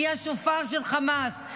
היא השופר של חמאס.